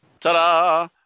Ta-da